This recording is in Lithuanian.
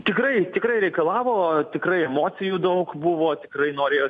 tikrai tikrai reikalavo tikrai emocijų daug buvo tikrai norėjos